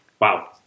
Wow